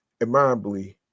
admirably